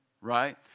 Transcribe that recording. Right